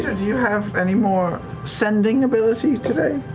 do you have any more sending ability today?